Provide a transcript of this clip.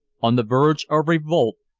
on the verge of revolt,